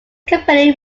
company